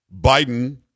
Biden